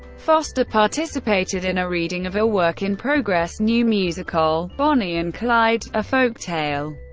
foster participated in a reading of a work-in-progress new musical, bonnie and clyde a folktale,